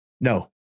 No